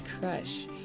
crush